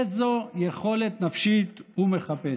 איזו יכולת נפשית הוא מחפש?